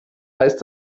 heißt